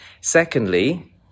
Secondly